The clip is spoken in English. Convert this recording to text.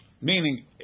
meaning